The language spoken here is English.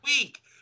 week